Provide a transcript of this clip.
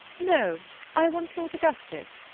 no i want lord augustus.